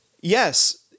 Yes